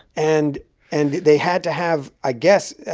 and and they had to have, i guess,